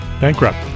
Bankrupt